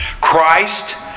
Christ